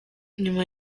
nyuma